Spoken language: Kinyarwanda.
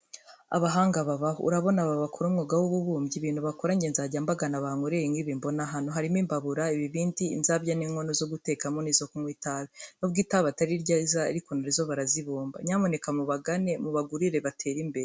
Abahanga babaho, urabona aba bakora umwuga w'ububumbyi, ibintu bakora njye nzajya mbagana bankorere, nk'ibi mbona hano. Harimo imbabura, ibibindi inzabya n'inkono zo gutekamo n'izo kunywa itabi, nubwo itabi atari ryiza ariko na zo barazibumba. Nyamuneka mu bagane mubagurire batere imbere.